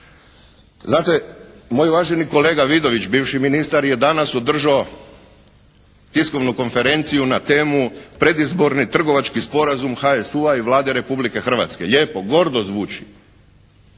Znate moj uvaženi kolega Vidović, bivši ministar, je danas održao tiskovnu konferenciju na temu predizborni trgovački sporazum HSU-a i Vlade Republike Hrvatske. Lijepo. Gordo zvuči.